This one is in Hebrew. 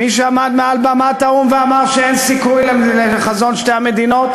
מי שעמד מעל במת האו"ם ואמר שאין סיכוי לחזון שתי המדינות?